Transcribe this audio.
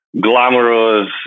glamorous